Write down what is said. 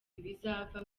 ibizava